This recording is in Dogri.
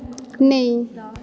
नेईं